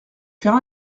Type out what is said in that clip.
faire